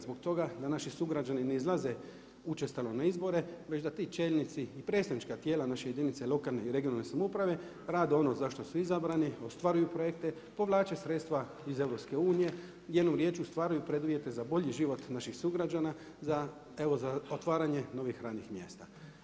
Zbog toga da naši sugrađani ne izlaze učestalo na izbore, već da ti čelnici i predstavnička tijela, naše jedinice lokalne i regionalne samouprave, rade ono za što su izbrani, ostvaruju projekte, povlače sredstva iz EU-a, jednom riječju ostvaruju preduvjete za bolji život naših sugrađana za otvaranje novih radnih mjesta.